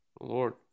lord